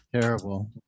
Terrible